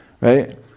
right